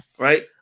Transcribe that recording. right